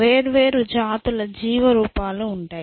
వేర్వేరు జాతుల జీవ రూపాలు ఉంటాయి